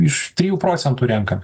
iš trijų procentų renka